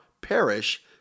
perish